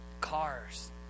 cars